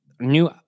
new